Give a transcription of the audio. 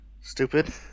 Stupid